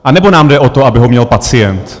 Anebo nám jde o to, aby ho měl pacient?